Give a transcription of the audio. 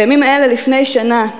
בימים אלה לפני שנה,